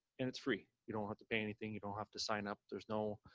and it's free. you don't have to pay anything. you don't have to sign up, there's no